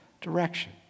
direction